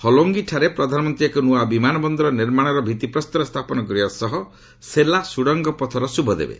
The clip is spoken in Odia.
ହଲୋଙ୍ଗିଠାରେ ପ୍ରଧାନମନ୍ତ୍ରୀ ଏକ ନୂଆ ବିମାନ ବନ୍ଦର ନିର୍ମାଣର ଭିଭିପ୍ରସ୍ତର ସ୍ଥାପନ କରିବା ସହ ସେଲା ସୁଡ଼ଙ୍ଗ ପଥର ଶୁଭ ଦେବେ